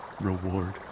reward